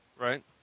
Right